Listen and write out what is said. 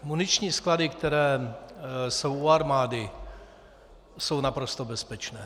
Muniční sklady, které jsou u armády, jsou naprosto bezpečné.